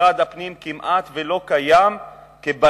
משרד הפנים כמעט לא קיים כבלם,